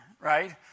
right